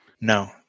No